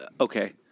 Okay